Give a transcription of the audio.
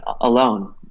alone